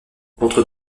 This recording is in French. entre